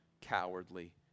cowardly